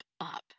up